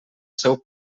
seu